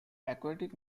aquatic